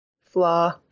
flaw